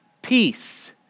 Peace